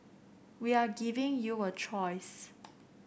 we are giving you a choice